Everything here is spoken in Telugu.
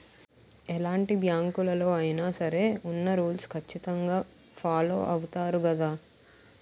ఎలాంటి బ్యాంకులలో అయినా సరే ఉన్న రూల్స్ ఖచ్చితంగా ఫాలో అవుతారు గదా